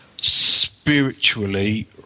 spiritually